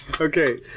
Okay